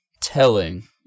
telling